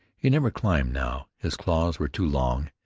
he never climbed now his claws were too long,